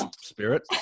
spirit